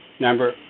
number